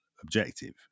objective